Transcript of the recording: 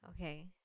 Okay